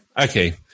okay